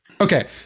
Okay